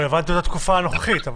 רלוונטיות לתקופה הנוכחית.